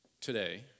today